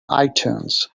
itunes